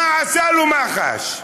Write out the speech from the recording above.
מה עשתה לו מח"ש?